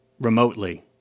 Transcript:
remotely